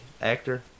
actor